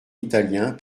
italien